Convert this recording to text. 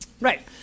Right